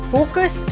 Focus